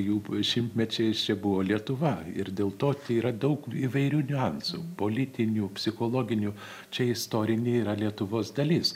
jų šimtmečiais čia buvo lietuva ir dėl to tai yra daug įvairių niuansų politinių psichologinių čia istorinė yra lietuvos dalis